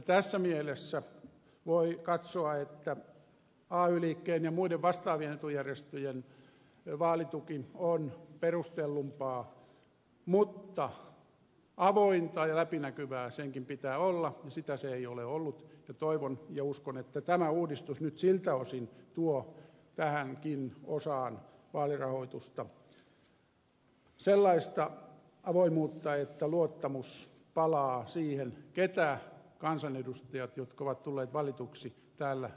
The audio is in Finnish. tässä mielessä voi katsoa että ay liikkeen ja muiden vastaavien etujärjestöjen vaalituki on perustellumpaa mutta avointa ja läpinäkyvää senkin pitää olla ja sitä se ei ole ollut ja toivon ja uskon että tämä uudistus nyt siltä osin tuo tähänkin osaan vaalirahoitusta sellaista avoimuutta että luottamus palaa siihen ketä kansanedustajat jotka ovat tulleet valituksi täällä edustavat